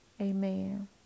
Amen